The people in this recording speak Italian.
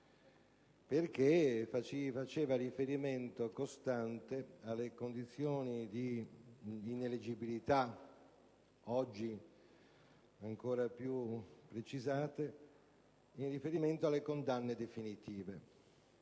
perché faceva riferimento costante alle condizioni di ineleggibilità, oggi ancora più precisate in ordine alle condanne definitive.